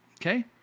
okay